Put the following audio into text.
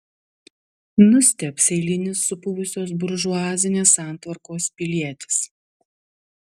nustebs eilinis supuvusios buržuazinės santvarkos pilietis